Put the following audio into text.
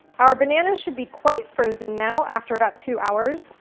our bananas should be quite frozen now after about two hours,